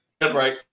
right